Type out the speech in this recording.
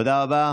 תודה רבה.